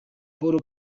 paul